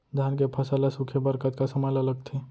धान के फसल ल सूखे बर कतका समय ल लगथे?